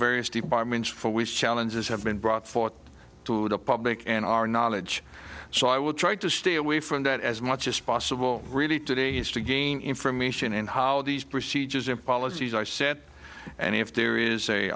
various departments for weeks challenges have been brought forth to the public and our knowledge so i will try to stay away from that as much as possible really today is to gain information in how these procedures and policies are set and if there is a